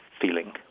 feeling